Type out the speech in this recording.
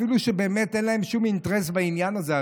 אפילו שבאמת אין להם שום אינטרס בעניין הזה.